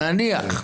נניח.